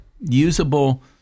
usable